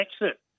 exit